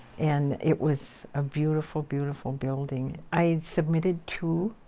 and it was a beautiful, beautiful building. i submitted two,